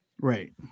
Right